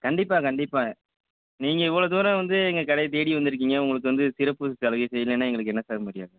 கண்டிப்பாக கண்டிப்பாக நீங்கள் இவ்வளோ தூரம் வந்து எங்கள் கடையை தேடி வந்துருக்கீங்க உங்களுக்கு வந்து சிறப்பு சலுகை செய்யலைன்னா எங்களுக்கு என்ன சார் மரியாதை